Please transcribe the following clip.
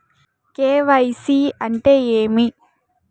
KYC అంటే ఏమి?